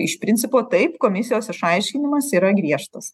iš principo taip komisijos išaiškinimas yra griežtas